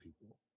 people